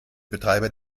betreiber